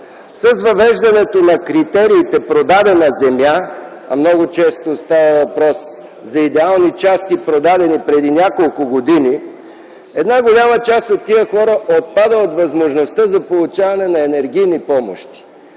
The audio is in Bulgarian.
С въвеждането на критерия „продадена земя”, много често става въпрос за идеални части, продадени преди няколко години, една голяма част от тези хора отпада от възможността за получаване на енергийни помощи.